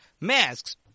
masks